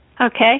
Okay